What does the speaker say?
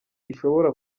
ishobora